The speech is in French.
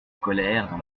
colère